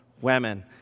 women